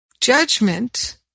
judgment